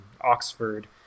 Oxford